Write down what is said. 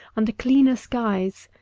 under cleaner skies,